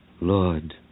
Lord